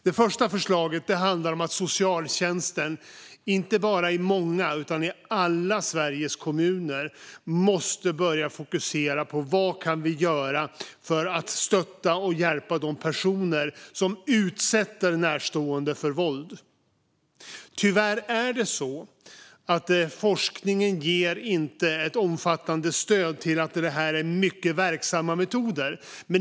Det första förslaget handlar om att socialtjänsten i Sveriges kommuner, inte bara i många utan i alla, måste börja fokusera på vad man kan göra för att stötta och hjälpa de personer som utsätter närstående för våld. Tyvärr är det så att forskningen inte ger något omfattande stöd till att det här är mycket verksamma metoder.